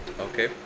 Okay